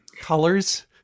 Colors